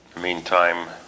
Meantime